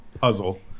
Puzzle